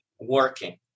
working